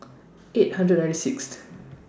eight hundred ninety Sixth